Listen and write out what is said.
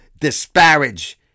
disparage